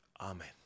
Amen